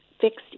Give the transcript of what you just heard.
fixed